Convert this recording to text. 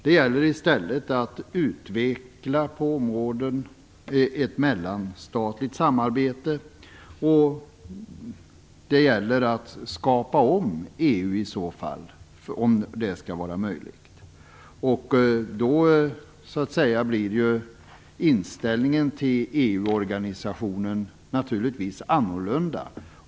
Det gäller i stället att på olika områden utveckla ett mellanstatligt samarbete, och om det skall vara möjligt gäller det att skapa om EU. Då blir inställningen till EU-organisationen naturligtvis annorlunda.